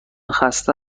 خسته